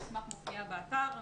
המסמך מופיע באתר.